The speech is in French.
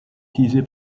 utilisé